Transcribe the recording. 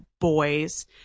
boys